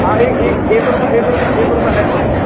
हाँ एक रुपये एक रुपये एक रुपये है मेरे पर